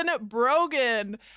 Brogan